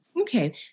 Okay